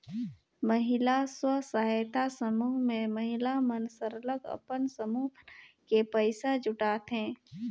महिला स्व सहायता समूह में महिला मन सरलग अपन समूह बनाए के पइसा जुटाथें